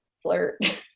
Flirt